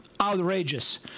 outrageous